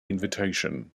invitation